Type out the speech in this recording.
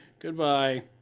Goodbye